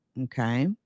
okay